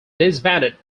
disbanded